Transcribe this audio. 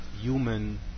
human